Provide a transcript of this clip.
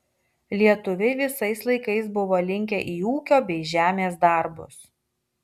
lietuviai visais laikais buvo linkę į ūkio bei žemės darbus